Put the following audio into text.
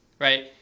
right